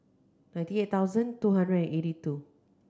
ninety eight thousand two hundred and eighty two